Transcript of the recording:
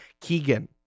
Keegan